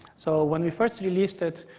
so when we first released it,